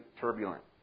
turbulent